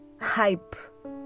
hype